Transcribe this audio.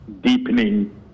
deepening